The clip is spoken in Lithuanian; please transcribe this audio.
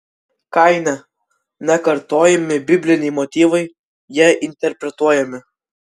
kaine nekartojami bibliniai motyvai jie interpretuojami